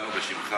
התנצלנו בשמך.